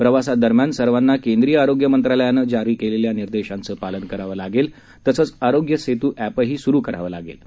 प्रवासादरम्यान सर्वांना केंद्रीय आरोग्य मंत्रालयानं जारी केलेल्या निर्देशांचं पालन करावं लागेल तसंच आरोग्य सेतू एपही सूरु करावं लागणार आहे